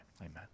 Amen